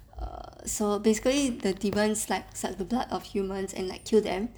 err so basically the demons like suck the blood of humans and like kill them